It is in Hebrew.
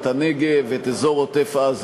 את הנגב ואת אזור עוטף-עזה,